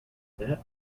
that